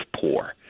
poor